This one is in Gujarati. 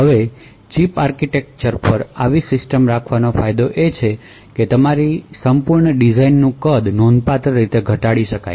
હવે ચિપઆર્કિટેક્ચર પર આવી સિસ્ટમ રાખવાનો ફાયદો એ છે કે તમારી સંપૂર્ણ ડિઝાઇનનું કદ નોંધપાત્ર રીતે ઘટ્યુ છે